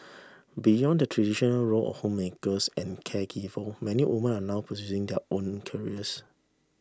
beyond the traditional role of homemakers and caregiver many women are now pursuing their own careers